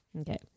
Okay